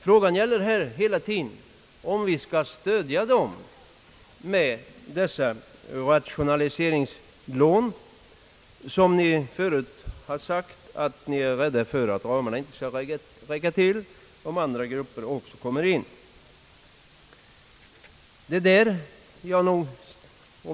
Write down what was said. Frågan gäller hela tiden om vi skall stödja dem med dessa rationaliseringslån, om vilka ni sagt att ni fruktar att ramarna inte skall räcka till om andra grupper också kommer in i bilden.